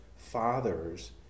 fathers